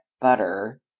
butter